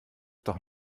doch